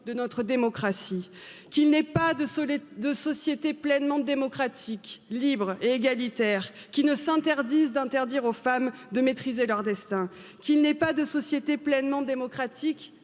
de notre démocratie qu'il n'y a pas. de société pleinement démocratique, libres et égalitaire. Quii ne s'interdisent d'interdire aux femmes de maîtriser leur destin, qu'ils n'aient pas de société pleinement démocratique,